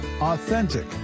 authentic